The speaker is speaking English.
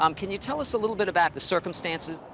um can you tell us a little bit about the circumstances?